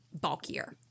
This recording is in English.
bulkier